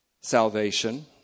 salvation